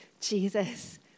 Jesus